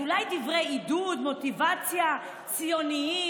אז אולי דברי עידוד ומוטיבציה ציוניים